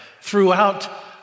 throughout